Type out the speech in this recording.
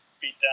beat-down